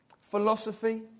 philosophy